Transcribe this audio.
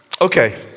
Okay